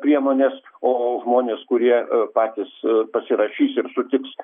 priemonės o žmonės kurie patys pasirašys ir sutiks